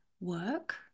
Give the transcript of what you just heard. work